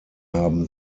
haben